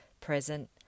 present